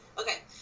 Okay